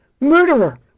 Murderer